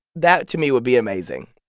that to me would be amazing